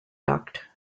duct